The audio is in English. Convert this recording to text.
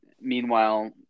Meanwhile